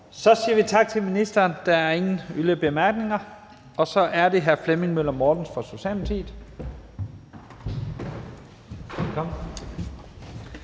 Så siger vi tak til ministeren. Der er ikke yderligere korte bemærkninger. Så er det hr. Flemming Møller Mortensen fra Socialdemokratiet.